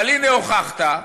אבל הנה, הוכחת,